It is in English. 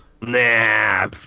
nah